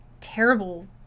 terrible